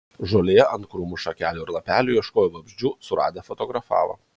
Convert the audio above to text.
žolėje ant krūmų šakelių ir lapelių ieškojo vabzdžių suradę fotografavo